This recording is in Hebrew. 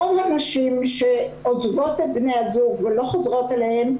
רוב הנשים שעוזבות את בני הזוג ולא חוזרות אליהם,